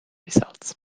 results